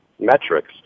metrics